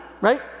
right